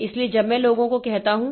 इसलिए जब मैं लोगों को कहता हूं